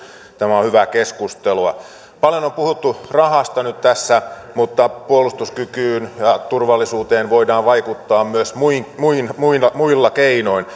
tämä on hyvää keskustelua paljon on puhuttu rahasta nyt tässä mutta puolustuskykyyn ja turvallisuuteen voidaan vaikuttaa myös muilla muilla keinoin